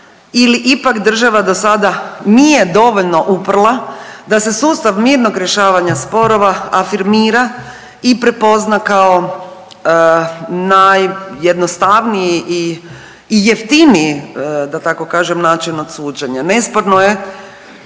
ili ipak država do sada nije dovoljno uprla da se sustav mirnog rješavanja sporova afirmira i prepozna kao najjednostavniji i jeftiniji da tako kažem način od suđenja. Nesporno je